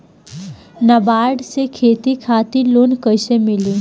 नाबार्ड से खेती खातिर लोन कइसे मिली?